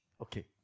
Okay